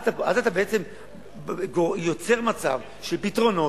אז אתה בעצם יוצר מצב של פתרונות,